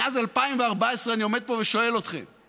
מאז 2014 אני עומד פה ושואל אתכם,